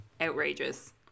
Outrageous